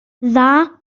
dda